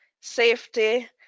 safety